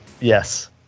Yes